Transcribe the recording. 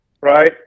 Right